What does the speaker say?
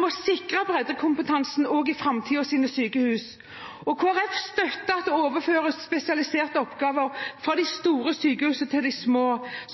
må sikre breddekompetansen også i framtidens sykehus, og Kristelig Folkeparti støtter at det overføres spesialiserte oppgaver fra de store sykehusene til de små,